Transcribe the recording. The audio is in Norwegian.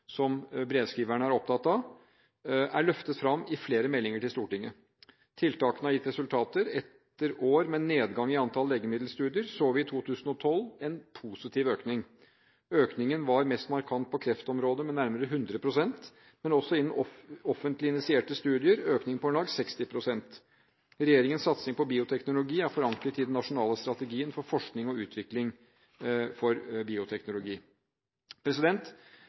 som brevskriveren er opptatt av, er løftet fram i flere meldinger til Stortinget. Tiltakene har gitt resultater. Etter år med nedgang i antall legemiddelstudier så vi i 2012 en positiv økning. Økningen var mest markant på kreftområdet, med nærmere 100 pst., men også innenfor offentlig initierte studier var det en økning på om lag 60 pst. Regjeringens satsing på bioteknologi er forankret i den nasjonale strategien for forskning og utvikling innenfor bioteknologi.